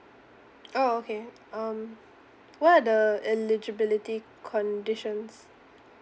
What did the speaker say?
oh okay um what are the eligibility conditions